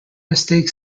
mistake